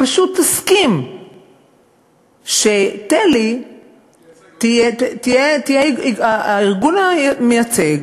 פשוט תסכים שתל"י יהיה הארגון המייצג